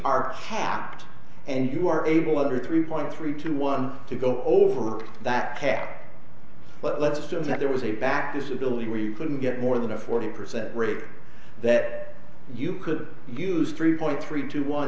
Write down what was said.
are kept and you are able other three point three to one to go over that cap but let's turn that there was a back disability where you couldn't get more than a forty percent rate that you could use three point three to